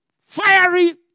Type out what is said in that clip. fiery